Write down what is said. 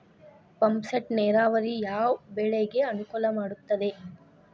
Pump set ನೇರಾವರಿ ಯಾವ್ ಬೆಳೆಗೆ ಅನುಕೂಲ ಮಾಡುತ್ತದೆ?